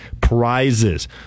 prizes